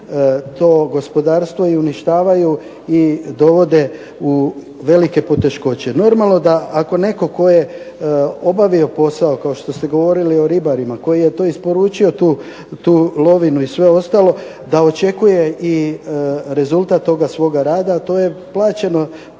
To gospodarstvo i uništavaju i dovode u velike poteškoće. Normalno ako netko tko je obavio posao kao što ste govorili o ribarima, koji je to isporučio tu lovinu i sve ostalo da očekuje i rezultat toga svoga rada, a to je da